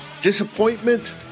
disappointment